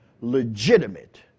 legitimate